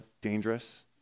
dangerous